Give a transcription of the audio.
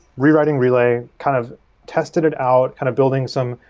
rewriting relay, kind of tested it out, kind of building some.